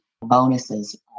bonuses